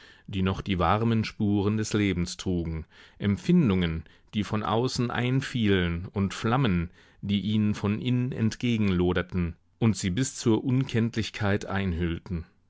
die noch die warmen spuren des lebens trugen empfindungen die von außen einfielen und flammen die ihnen von innen entgegenloderten und sie bis zur unkenntlichkeit einhüllten